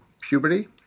puberty